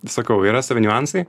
sakau yra savi niuansai